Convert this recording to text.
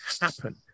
happen